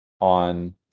on